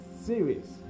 series